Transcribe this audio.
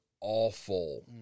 awful